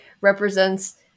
represents